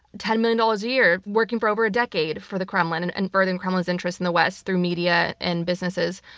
ten million dollars a year, working for over a decade for the kremlin and and furthering the kremlin's interests in the west, through media and businesses.